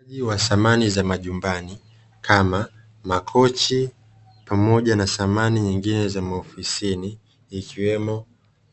Uuzaji wa samani za nyumbani, kama; makochi pamoja na samani nyingine maofisini, ikiwemo: